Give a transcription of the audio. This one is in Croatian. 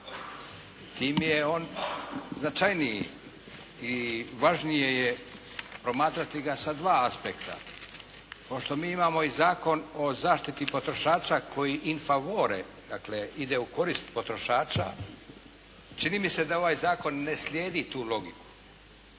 Tim je on značajniji i važnije je promatrati ga sa dva aspekta. Pošto mi imamo i Zakon o zaštiti potrošača koji in favore dakle ide u korist potrošača, čini mi se da ovaj zakon ne slijedi tu logiku.